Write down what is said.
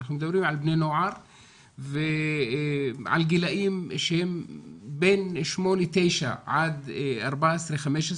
אנחנו מדברים על בני נוער ועל גילאים שהם בין שמונה-תשע עד 15-14,